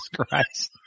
Christ